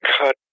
cut